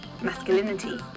masculinity